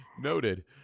noted